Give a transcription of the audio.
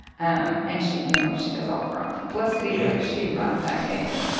um and she, you know she does all of her own publicity. like, she runs that game.